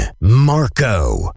Marco